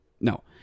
no